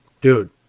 Dude